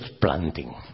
planting